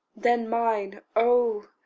than mine, oh,